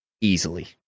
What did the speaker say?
Easily